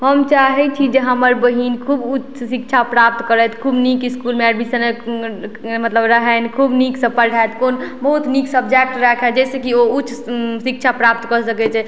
हम चाहय छी जे हमर बहीन खूब उच्च शिक्षा प्राप्त करथि खूब नीक इसकुलमे एडमिशन लथि मतलब रहनि खूब नीकसँ पढ़थि कोन बहुत नीक सब्जैक्ट राखथि जैसँ कि ओ उच्च शिक्षा प्राप्त कऽ सकय छथि